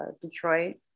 Detroit